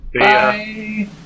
Bye